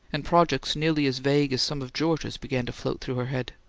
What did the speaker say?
and projects nearly as vague as some of george's began to float through her head.